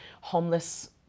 homeless